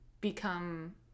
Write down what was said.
become